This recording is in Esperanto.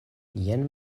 jen